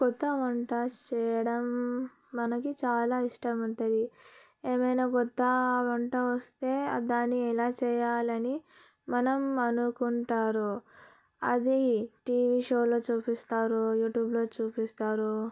కొత్త వంట చేయడం మనకి చాలా ఇష్టం ఉంటది ఏమైనా కొత్త వంట వస్తే దాన్ని ఎలా చేయాలని మనం అనుకుంటారు అది టీవీ షోలో చూపిస్తారు యూట్యూబ్లో చూపిస్తారు